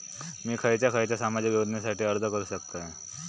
मी खयच्या खयच्या सामाजिक योजनेसाठी अर्ज करू शकतय?